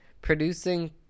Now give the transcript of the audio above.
producing